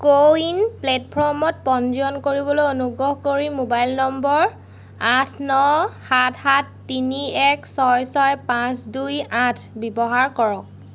কো win প্লে'টফৰ্মত পঞ্জীয়ন কৰিবলৈ অনুগ্ৰহ কৰি মোবাইল নম্বৰ আঠ ন সাত সাত তিনি এক ছয় ছয় পাঁচ দুই আঠ ব্যৱহাৰ কৰক